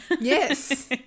Yes